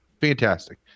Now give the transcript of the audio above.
fantastic